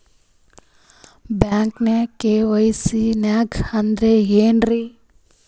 ಬ್ಯಾಂಕ್ದಾಗ ಕೆ.ವೈ.ಸಿ ಹಂಗ್ ಅಂದ್ರೆ ಏನ್ರೀ?